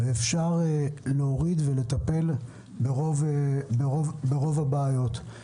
אפשר לצמצם ולטפל ברוב הבעיות.